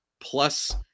Plus